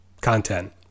content